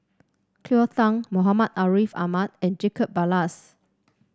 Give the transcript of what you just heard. Cleo Thang Muhammad Ariff Ahmad and Jacob Ballas